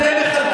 גם אנחנו,